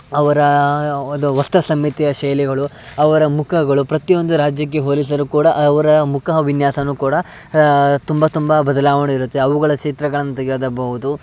ಅವರ ಒಂದು ವಸ್ತ್ರಸಂಹಿತೆಯ ಶೈಲಿಗಳು ಅವರ ಮುಖಗಳು ಪ್ರತಿಯೊಂದು ರಾಜ್ಯಕ್ಕೆ ಹೋಲಿಸಲು ಕೂಡ ಅವರ ಮುಖ ವಿನ್ಯಾಸವೂ ಕೂಡ ತುಂಬ ತುಂಬ ಬದಲಾವಣೆ ಇರುತ್ತೆ ಅವುಗಳ ಚಿತ್ರಗಳನ್ನು ತೆಗಿಯಬೌದು